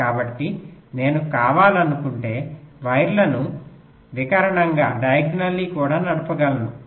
కాబట్టి నేను కావాలనుకుంటే వైర్లను వికర్ణంగా కూడా నడపగలను